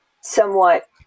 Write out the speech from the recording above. somewhat